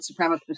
supremacist